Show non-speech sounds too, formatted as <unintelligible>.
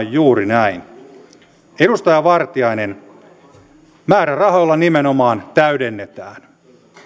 <unintelligible> juuri näin edustaja vartiainen määrärahoilla nimenomaan täydennetään